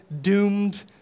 doomed